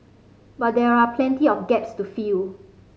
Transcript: but there are plenty of gaps to fill